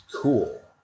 cool